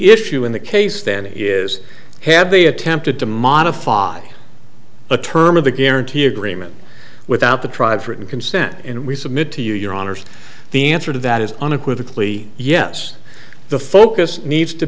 issue in the case then is have they attempted to modify a term of the guarantee agreement without the tribes written consent and we submit to your honor's the answer to that is unequivocally yes the focus needs to